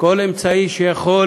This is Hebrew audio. כל אמצעי שיכול